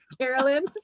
carolyn